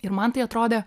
ir man tai atrodė